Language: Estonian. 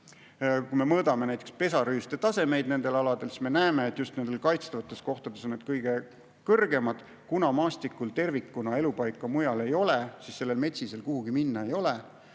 Kui me mõõdame näiteks pesarüüstetasemeid nendel aladel, siis me näeme, et just nendes kaitstavates kohtades on need kõige kõrgemad. Kuna maastikul tervikuna mujal elupaika ei ole, siis metsisel kuhugi minna ei ole.